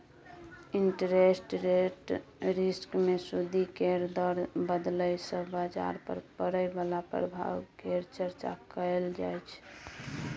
interest rate risk मे सूदि केर दर बदलय सँ बजार पर पड़य बला प्रभाव केर चर्चा कएल जाइ छै